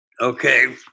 Okay